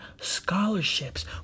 Scholarships